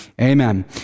Amen